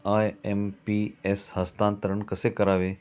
IMPS हस्तांतरण कसे करावे?